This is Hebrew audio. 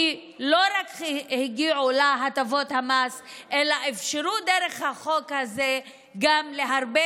כי לא רק הגיעו להטבות המס אלא אפשרו דרך החוק הזה גם להרבה